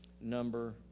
number